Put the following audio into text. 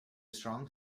strong